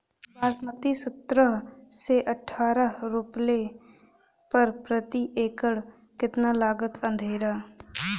बासमती सत्रह से अठारह रोपले पर प्रति एकड़ कितना लागत अंधेरा?